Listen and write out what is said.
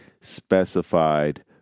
specified